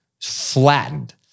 flattened